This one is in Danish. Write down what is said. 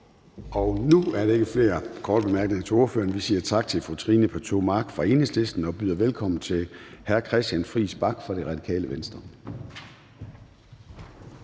Nu er der ikke flere korte bemærkninger til ordføreren. Vi siger tak til fru Trine Pertou Mach fra Enhedslisten og byder velkommen til hr. Christian Friis Bach fra Radikale Venstre.